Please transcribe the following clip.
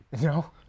No